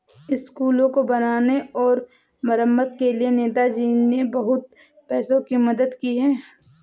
स्कूलों को बनाने और मरम्मत के लिए नेताजी ने बहुत पैसों की मदद की है